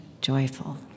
joyful